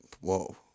Whoa